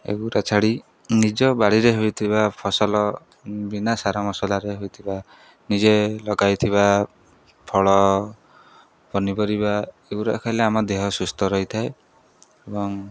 ଏଗୁଡ଼ା ଛାଡ଼ି ନିଜ ବାଡ଼ିରେ ହୋଇଥିବା ଫସଲ ବିନା ସାର ମସଲାରେ ହୋଇଥିବା ନିଜେ ଲଗାଇଥିବା ଫଳ ପନିପରିବା ଏଗୁଡ଼ା ଖାଇଲେ ଆମ ଦେହ ସୁସ୍ଥ ରହିଥାଏ ଏବଂ